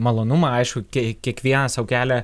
malonumą aišku kai kiekvienas sau kelia